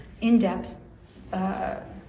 in-depth